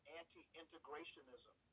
anti-integrationism